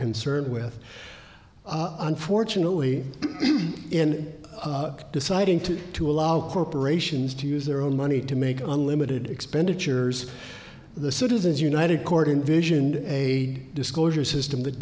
concerned with unfortunately in deciding to to allow corporations to use their own money to make unlimited expenditures the citizens united cordin vision a disclosure system that